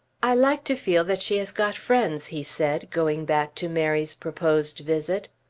i like to feel that she has got friends, he said, going back to mary's proposed visit.